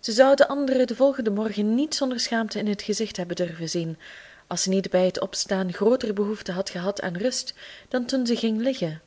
ze zou den anderen den volgenden morgen niet zonder schaamte in het gezicht hebben durven zien als ze niet bij het opstaan grooter behoefte had gehad aan rust dan toen ze ging liggen